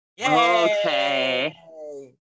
Okay